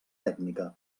tècnica